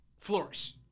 flourish